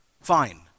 Fine